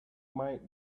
might